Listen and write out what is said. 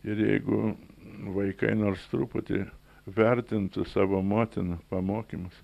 ir jeigu vaikai nors truputį vertintų savo motiną pamokymus